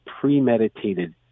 premeditated